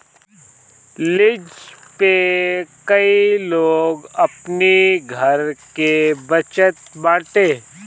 lease पे कई लोग अपनी घर के बचत बाटे